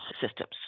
systems